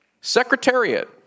Secretariat